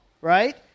right